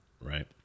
right